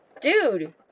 Dude